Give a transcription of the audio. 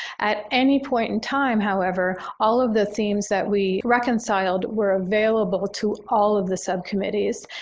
at any point in time, however, all of the themes that we reconciled were available to all of the subcommittees.